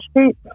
Street